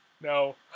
no